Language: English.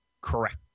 correct